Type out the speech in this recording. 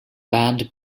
band